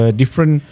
different